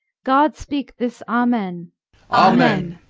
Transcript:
god speake this amen all. amen